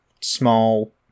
small